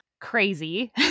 crazy